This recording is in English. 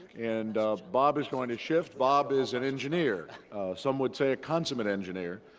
and bob is going to shift. bob is an engineer some would say a consummate engineer.